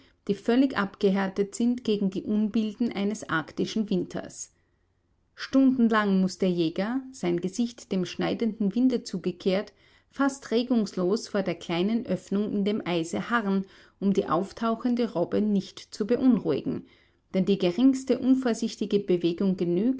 die völlig abgehärtet sind gegen die unbilden eines arktischen winters stundenlang muß der jäger sein gesicht dem schneidenden winde zugekehrt fast regungslos vor der kleinen öffnung in dem eise harren um die auftauchende robbe nicht zu beunruhigen denn die geringste unvorsichtige bewegung